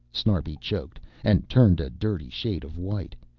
snarbi choked, and turned a dirty shade of white.